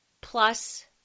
plus